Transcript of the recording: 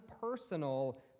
personal